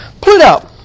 Pluto